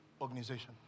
organization